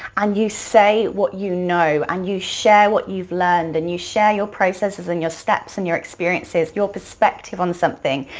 and you say what you know and you share what you've learned and you share your processes and your steps and your experiences, your perspective on something,